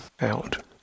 out